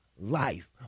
life